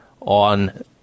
on